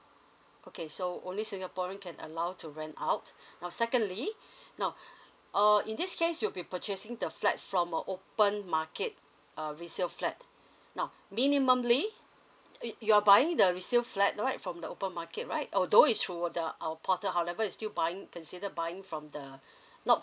okay so only singaporean can allow to rent out now secondly now err in this case you'll be purchasing the flat from a open market uh resale flat now minimumly you you are buying the resale flat right from the open market right although is through the our portal however is still buying consider buying from the not